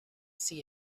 see